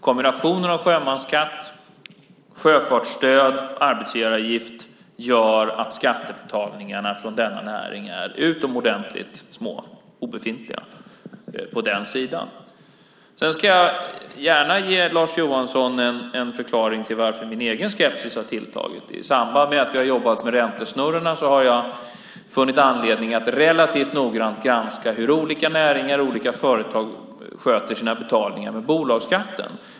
Kombinationen av sjömansskatt, sjöfartsstöd och arbetsgivaravgift gör att skattebetalningarna från denna näring är utomordentligt små - obefintliga. Jag ska gärna ge Lars Johansson en förklaring till varför min egen skepsis har tilltagit. I samband med att vi har jobbat med räntesnurrorna har jag funnit anledning att relativt noggrant granska hur olika näringar och företag sköter sina betalningar med bolagsskatten.